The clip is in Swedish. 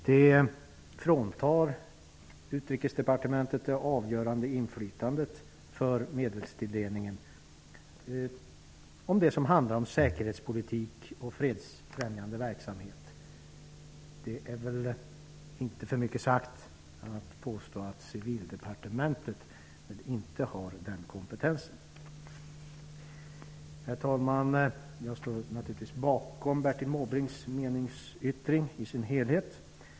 Det fråntar Utrikesdepartementet det avgörande inflytandet för medelstilldelningen angående det som handlar om säkerhetspolitik och fredsverksamhet. Det är väl inte för mycket sagt att påstå att Civildepartementet inte har den kompetensen. Herr talman! Jag står naturligtvis bakom Bertil Måbrinks meningsyttring.